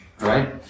right